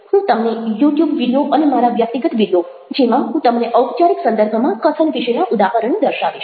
હું તમને YouTube video અને મારા વ્યક્તિગત વીડિયો જેમાં હું તમને ઔપચારિક સંદર્ભમાં કથન વિશેના ઉદાહરણો દર્શાવીશ